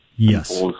Yes